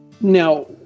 Now